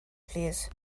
plîs